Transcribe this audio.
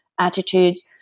Attitudes